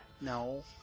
No